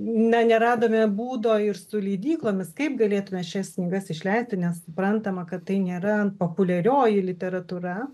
na neradome būdo ir su leidyklomis kaip galėtume šias knygas išleisti nes suprantama kad tai nėra populiarioji literatūra